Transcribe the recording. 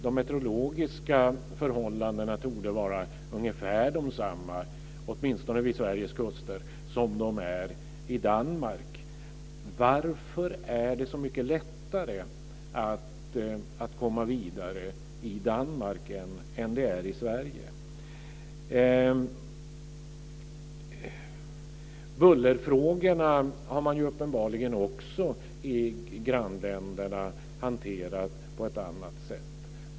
De meteorologiska förhållandena här torde vara ungefär desamma, åtminstone vid Sveriges kuster, som i Danmark. Varför är det så mycket lättare att komma vidare i Danmark än vad det är i Sverige? Bullerfrågorna har grannländerna uppenbarligen också hanterat på ett annat sätt.